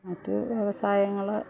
മറ്റു വ്യവസായങ്ങള്